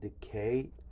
decay